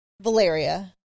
Valeria